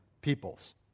peoples